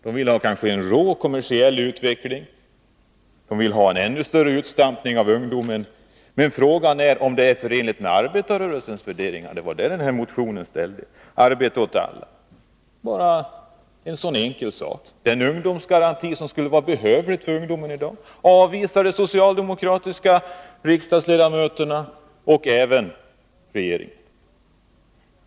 De vill kanske ha en rå kommersiell utveckling, de vill ha en ännu större utstampning av ungdomen. Men frågan är om det är förenligt med arbetarrörelsens värderingar, och det var det den här motionen gällde. Arbete åt alla — bara en så enkel sak. Den ungdomsgaranti som skulle vara behövlig för ungdomen i dag avvisar de socialdemokratiska riksdagsledamöterna och även regeringen.